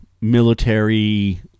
military